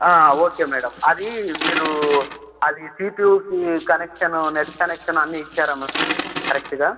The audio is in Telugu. ఓకే మేడం అది మీరు అది సిపీయూకి కనెక్షను నెట్ కనెక్షన్ అన్నీ ఇచ్చారా అమ్మ కరెక్ట్గా